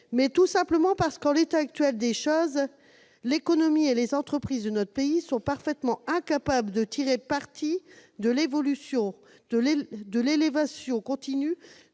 mais tout simplement parce qu'en l'état actuel des choses, l'économie et les entreprises de notre pays sont parfaitement incapables de tirer parti de l'élévation continue